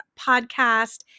podcast